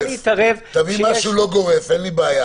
תביא משהו לא גורף, אין לי בעיה.